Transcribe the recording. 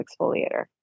exfoliator